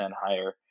higher